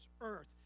earth